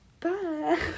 bye